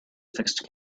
fixed